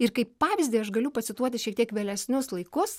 ir kaip pavyzdį aš galiu pacituoti šiek tiek vėlesnius laikus